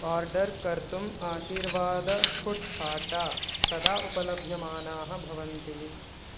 order कर्तुम् Aashirvaad foods आटा कदा उपलभ्यमानाः भवन्ति